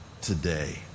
today